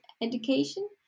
education